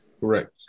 Correct